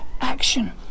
action